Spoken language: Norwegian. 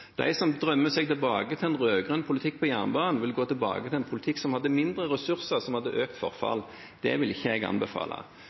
De som drømmer seg tilbake til en rød-grønn politikk for jernbanen, vil gå tilbake til en politikk som hadde mindre ressurser, og som hadde økt